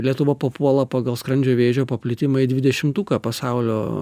lietuva papuola pagal skrandžio vėžio paplitimą į dvidešimtuką pasaulio